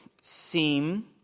seem